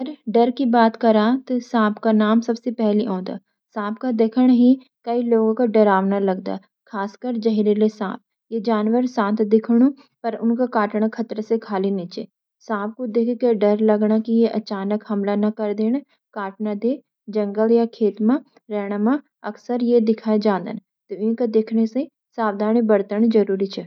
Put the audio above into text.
अगर डर की बात करां, तो साँप का नाम सबसे पहले आँदा। साँप का देखणा ही कई लोगां का डरावना लगदा, खासकर जहरिले साँप। यो जानवर शांत दिखणूण, पर उन्का काटणा खतरे से खाली नि च। साँप कूण देखके ई डर लागणा कि यो अचानक हमला ना कर दे या काट ना दे। जंगल या खेत मा रयाण मा अकसर ये दिखजांदन, तो इन्का देखके सावधानी बरतण जरूरी च।